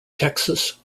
texas